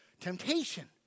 temptation